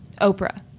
Oprah